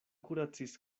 kuracis